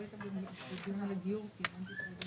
היו בעיות עם מכון וולקני.